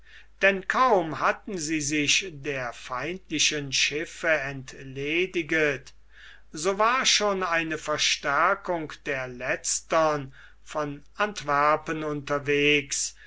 denn kaum hatten sie sich der feindlichen schiffe entlediget so war schon eine verstärkung der letztern von antwerpen unterwegs